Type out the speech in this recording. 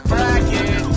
Bracket